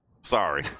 sorry